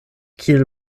kiel